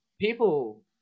people